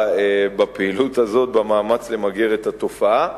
בפעילות הזאת במאמץ למגר את התופעה.